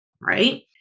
Right